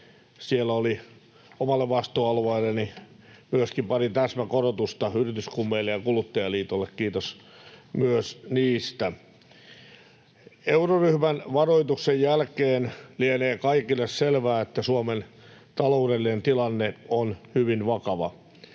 Siellä oli omalla vastuualueellani myöskin parin täsmäkorotusta Yrityskummeille ja Kuluttajaliitolle — kiitos myös niistä. Euroryhmän varoituksen jälkeen lienee kaikille selvää, että Suomen taloudellinen tilanne on hyvin vakava.